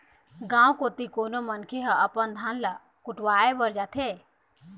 गाँव कोती कोनो मनखे ह अपन धान ल कुटावय बर जाथे